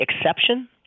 exception